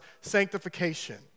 sanctification